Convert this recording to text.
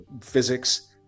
physics